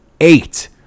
eight